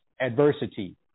adversity